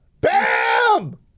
Bam